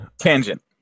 Tangent